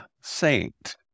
saint